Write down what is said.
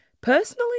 Personally